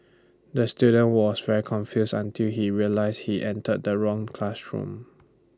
the student was very confused until he realised he entered the wrong classroom